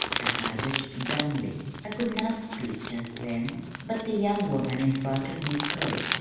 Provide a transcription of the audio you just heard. i nodded dumbly. i could not speak just then but the young woman in front of me could.